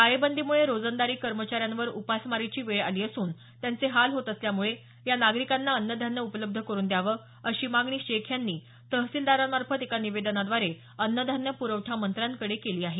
टाळेबंदीमुळं रोजंदारी कर्मचाऱ्यांवर उपासमारीची वेळ आली असून त्यांचे हाल होत असल्यामुळं या नागरिकांना अन्नधान्य उपलब्ध करून द्यावं अशी मागणी शेख यांनी तहसिलदारांमार्फत एका निवेदनाद्वारे अन्नधान्य प्रखठा मंत्र्यांकडे केली आहे